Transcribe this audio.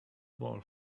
ball